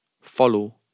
follow